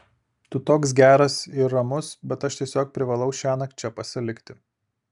tu toks geras ir ramus bet aš tiesiog privalau šiąnakt čia pasilikti